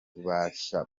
rubasha